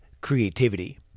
creativity